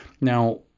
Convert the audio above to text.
Now